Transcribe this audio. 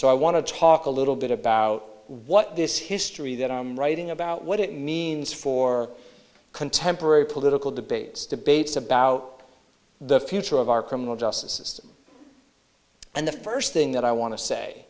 so i want to talk a little bit about what this history that i'm writing about what it means for contemporary political debates debates about the future of our criminal justice system and the first thing that i wan